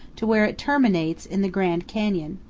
to where it terminates in the grand canyon,